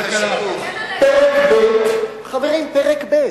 תגן עלי, חברים, פרק ב'.